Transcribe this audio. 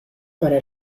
para